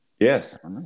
Yes